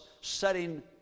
setting